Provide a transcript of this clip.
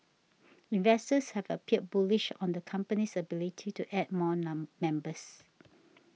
investors have appeared bullish on the company's ability to add more non members